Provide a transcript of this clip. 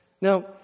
Now